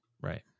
Right